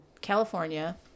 California